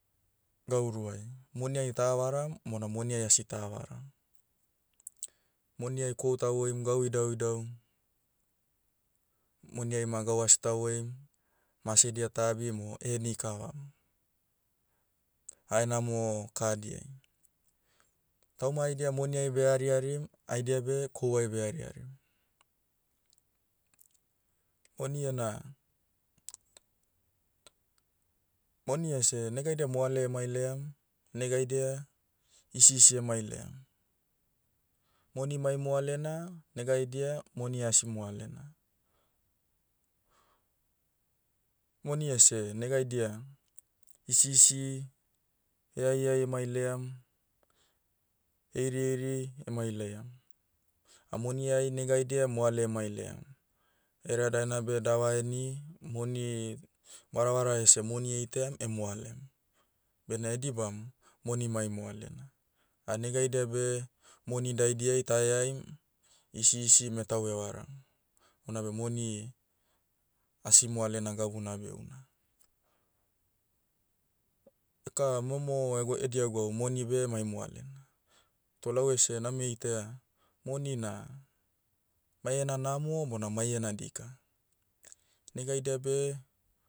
Gau ruai. Munai tah varam, bona moniai asitah varam. Moniai kohu tahoim gau idauidau, moniai ma gau asta hoim, masedia ta abim o eheni kavam, haenamo kah diai. Tauma haidia moniai behari harim, haidia beh, kohuai behari harim. Moni ena- moniese negaidia moale emailaiam, negaidia, hisisi emailaiam. Moni mai moalena, negaidia, moni asi moalena. Moni ese negaidia, hisisi, heaeai emailiam, heirieiri emailaiam. Amoniai negaidia moale emailaiam. Hereadaena beh davaheni, moni, varavara ese moni eitaiam emoalem. Bena edibam, moni mai moalena. Anegaidia beh, moni daidiai taheaim, hisi hisi metau evaram. Onabe moni, asi moalena gabuna beouna. Eka momo, egw- edia gwau monibe mai moalena. Toh lau ese name itaia, moni na, maiena namo bona maiena dika. Negaidia beh,